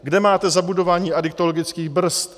Kde máte zabudování adiktologických brzd?